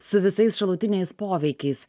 su visais šalutiniais poveikiais